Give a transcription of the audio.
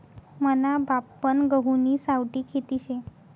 मना बापपन गहुनी सावठी खेती शे